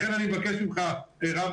לכן אני מבקש ממך רם,